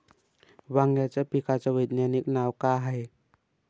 वांग्याच्या पिकाचं वैज्ञानिक नाव का हाये?